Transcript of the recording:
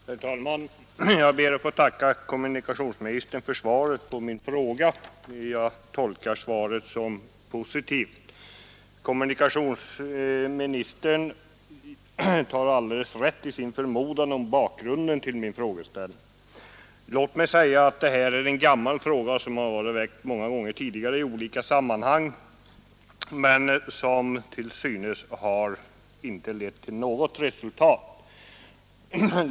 Herr talman! Jag ber att få tacka kommunikationsministern för svaret på min fråga. Jag tolkar svaret som positivt. Kommunikationsministern har alldeles rätt i sin förmodan om bakgrunden till min fråga. Låt mig säga att det här är en gammal fråga som har väckts många gånger tidigare i olika sammanhang men som till synes inte lett till något resultat.